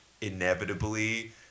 inevitably